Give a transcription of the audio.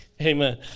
Amen